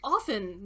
often